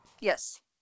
Yes